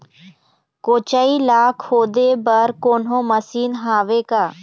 कोचई ला खोदे बर कोन्हो मशीन हावे का?